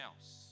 else